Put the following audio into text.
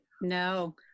no